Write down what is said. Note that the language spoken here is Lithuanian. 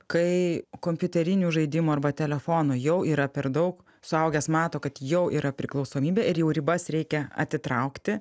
kai kompiuterinių žaidimų arba telefono jau yra per daug suaugęs mato kad jau yra priklausomybė ir jau ribas reikia atitraukti